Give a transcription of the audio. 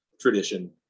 tradition